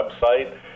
website